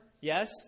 Yes